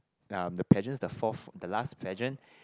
ya the pageants the fourth the last pageants